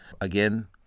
again